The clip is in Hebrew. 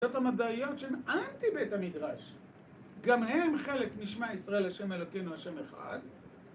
(השיטות?) המדעיות שהן אנטי בית המדרש, גם הן חלק משמע ישראל השם אלוקינו השם אחד